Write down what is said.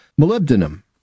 molybdenum